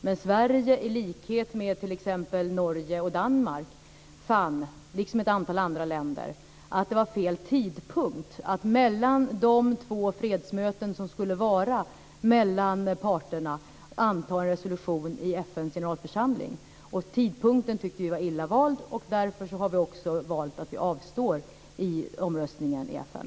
Men Sverige, i likhet med t.ex. Norge och Danmark samt ett antal andra länder, fann att det var fel tidpunkt att mellan de två fredsmöten som skulle vara mellan parterna anta en resolution i FN:s generalförsamling. Vi tyckte att tidpunkten var illa vald, och därför valde vi också att avstå vid omröstningen i FN.